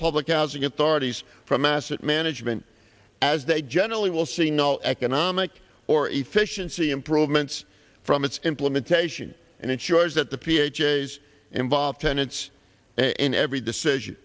public housing authorities from massive management as they generally will see no economic or efficiency improvements from its implementation and ensures that the ph a's involve tenants in every decision